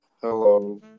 Hello